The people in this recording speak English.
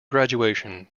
graduation